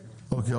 אוקיי,